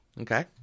Okay